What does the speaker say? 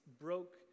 broke